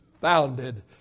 founded